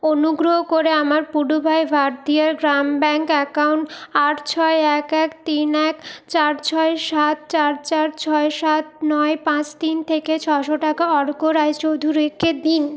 অনুগ্রহ করে আমার পুডুভাই ভারথিয়ার গ্রাম ব্যাঙ্ক অ্যাকাউন্ট আট ছয় এক এক তিন এক চার ছয় সাত চার চার ছয় সাত নয় পাঁচ তিন থেকে ছশো টাকা অর্ক রায়চৌধুরীকে দিন